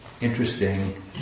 interesting